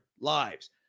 lives